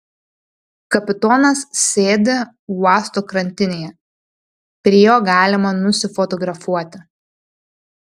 kapitonas sėdi uosto krantinėje prie jo galima nusifotografuoti